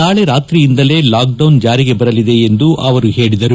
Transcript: ನಾಳೆ ರಾತ್ರಿಯಿಂದಲೇ ಲಾಕ್ಡೌನ್ ಜಾರಿಗೆ ಬರಲಿದೆ ಎಂದು ಅವರು ಹೇಳಿದರು